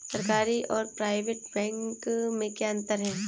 सरकारी और private bank में क्या अंतर है?